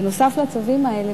בנוסף לצווים האלה,